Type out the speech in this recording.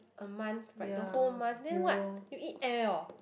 a month right the whole month then what you eat air oh